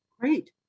Great